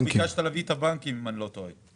ביקשת להביא את הבנקים אם אני לא טועה.